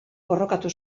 borrokatu